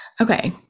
Okay